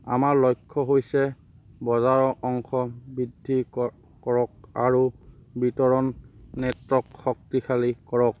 আমাৰ লক্ষ্য হৈছে বজাৰৰ অংশ বৃদ্ধি কৰক আৰু বিতৰণ নেটৱৰ্ক শক্তিশালী কৰক